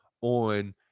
on